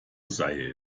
sei